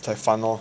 quite fun orh